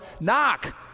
knock